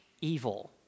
evil